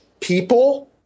people